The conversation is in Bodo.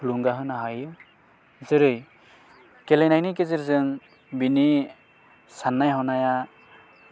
थुलुंगा होनो हायो जेरै गेलनायनि गेजेरजों बिनि साननाय हनाया